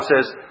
says